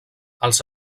els